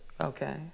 okay